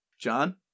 John